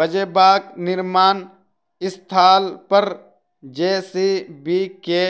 पजेबाक निर्माण स्थल पर जे.सी.बी के